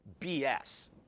BS